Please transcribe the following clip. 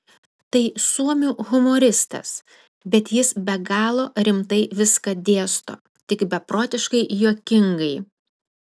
tai suomių humoristas bet jis be galo rimtai viską dėsto tik beprotiškai juokingai